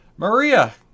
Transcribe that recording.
Maria